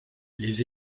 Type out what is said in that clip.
les